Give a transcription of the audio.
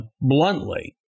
bluntly